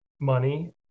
money